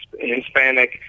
Hispanic